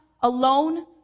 alone